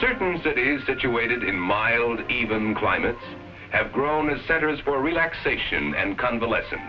certain cities situated in mild even climates have grown as centers for relaxation and convalescen